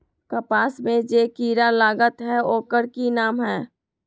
कपास में जे किरा लागत है ओकर कि नाम है?